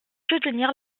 soutenir